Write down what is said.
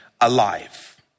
alive